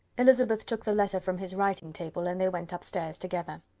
elizabeth took the letter from his writing-table, and they went up stairs together.